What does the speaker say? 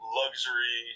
luxury